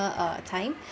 err time